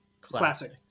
Classic